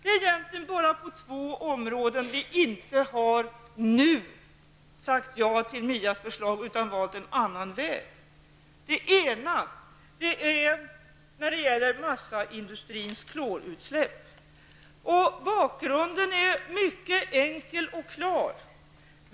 Det är egentligen bara på två områden som vi inte nu har sagt ja till MIAs förslag utan valt en annan väg. Det ena området är massaindustrins klorutsläpp. Bakgrunden till detta är mycket enkel och klar.